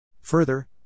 Further